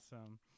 awesome